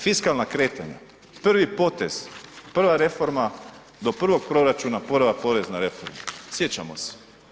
Fiskalna kretanja, prvi potez, prva reforma do prvog proračuna prva porezna reforma, sjećamo se.